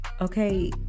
okay